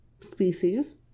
species